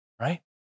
right